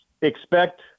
expect